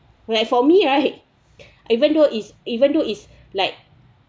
like for me right even though it's even though it's like